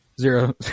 Zero